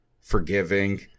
forgiving